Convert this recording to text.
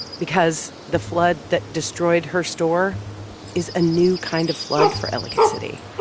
because the flood that destroyed her store is a new kind of flood for ellicott city,